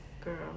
girl